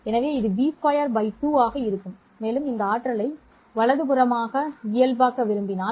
எனவே இது b22 ஆக இருக்கும் மேலும் இந்த ஆற்றலை 1 வலதுபுறமாக இயல்பாக்க விரும்பினால்